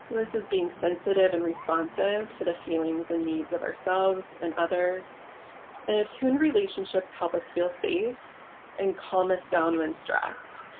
so this is being sensitive and responsive to the feelings and needs of ourselves and others and attuned relationships help us feel safe and calm us down when stressed.